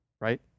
right